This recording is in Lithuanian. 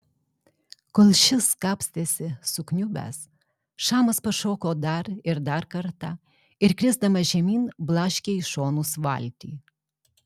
kol šis kapstėsi sukniubęs šamas pašoko dar ir dar kartą ir krisdamas žemyn blaškė į šonus valtį